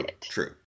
true